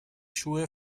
schuhe